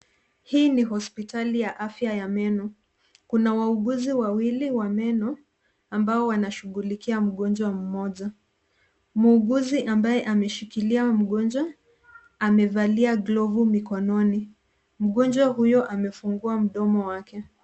Hii ni hospital ya afya ya meno. Kuna wauguzi wawili wa meno ambao wanashugulikia mgonjwa mmoja. Muuguzi ambaye ameshikilia mgonjwa amevalia glovu mikononi. Mgonjwa huyo amefungua mdomo wake.